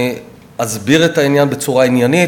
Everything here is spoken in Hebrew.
אני אסביר את העניין בצורה עניינית.